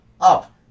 up